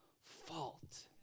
fault